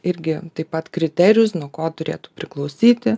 irgi taip pat kriterijus nuo ko turėtų priklausyti